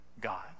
God